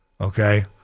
okay